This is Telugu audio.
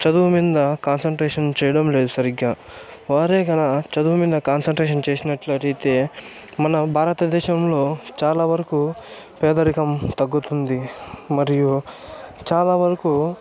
చదువు మింద కాన్సన్ట్రేషన్ చేయడం లేదు సరిగ్గా వారే గణా చదువు మింద కాన్సన్ట్రేషన్ చేసినట్లయితే మన భారత దేశంలో చాలావరకు పేదరికం తగ్గుతుంది మరియు చాలా వరకు